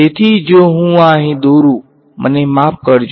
તેથી જો હું આ અહીં દોરો મને માફ કરો